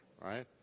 right